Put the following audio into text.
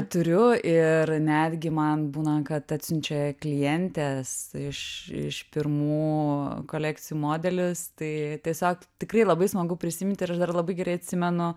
turiu ir netgi man būna kad atsiunčia klientės iš iš pirmų kolekcijų modelius tai tiesiog tikrai labai smagu prisiminti ir aš dar labai gerai atsimenu